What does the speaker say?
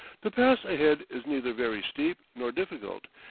the pass ahead is neither very steep nor difficult,